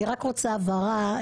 אני רק רוצה הבהרה,